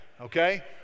okay